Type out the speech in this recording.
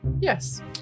yes